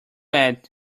add